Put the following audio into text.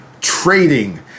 trading